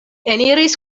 eniris